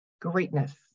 Greatness